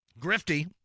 Grifty